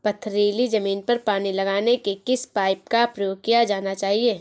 पथरीली ज़मीन पर पानी लगाने के किस पाइप का प्रयोग किया जाना चाहिए?